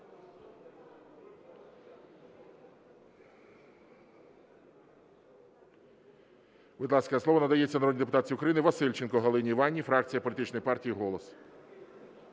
Будь ласка, слово надається народній депутатці України Васильченко Галині Іванівні, фракція політичної партії "Голос".